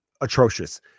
atrocious